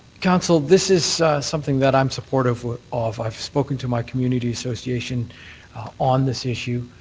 council, this is something that i'm supportive of. i'm spoken to my community association on this issue.